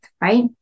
right